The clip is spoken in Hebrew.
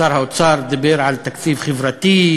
שר האוצר דיבר על תקציב חברתי,